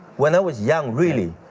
when i was young, really.